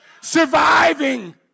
Surviving